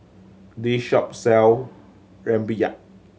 this shop sell rempeyek